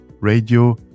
radio